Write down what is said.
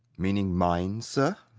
meaning mine, sir?